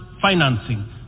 financing